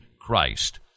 Christ